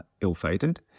ill-fated